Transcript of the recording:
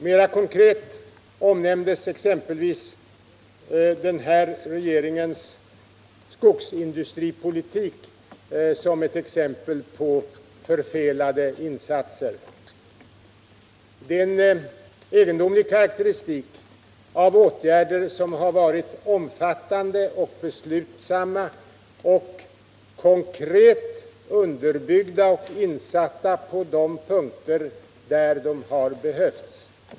Mera konkret omnämndes denna regerings skogsindustripolitik som ett exempel på förfelade insatser. Det är en egendomlig karakteristik av åtgärder som har varit omfattande, beslutsamma och konkret underbyggda samt insatta på de punkter där de har behövts.